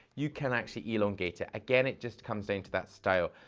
you can actually elongate it. again, it just comes down to that style.